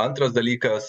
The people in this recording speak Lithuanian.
antras dalykas